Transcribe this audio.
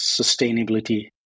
sustainability